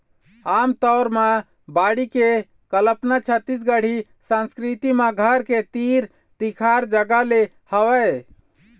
आमतौर म बाड़ी के कल्पना छत्तीसगढ़ी संस्कृति म घर के तीर तिखार जगा ले हवय